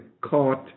Caught